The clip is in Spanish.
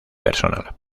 personal